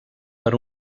per